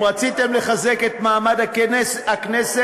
אם רציתם לחזק את מעמד הכנסת,